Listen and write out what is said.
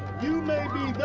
you may be